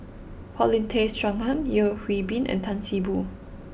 Paulin Tay Straughan Yeo Hwee Bin and Tan See Boo